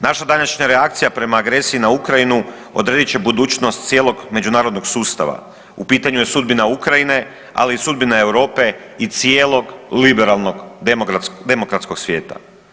Naša današnja reakcija prema agresiji na Ukrajinu odredit će budućnost cijelog međunarodnog sustava, u pitanju je sudbina Ukrajine, ali i sudbina Europe i cijelog liberalnog demokratskog svijeta.